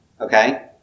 okay